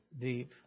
deep